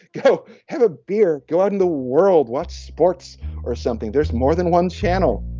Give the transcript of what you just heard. go have a beer go out in the world watch sports or something there's more than one channel